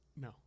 no